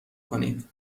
کنید